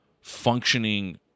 functioning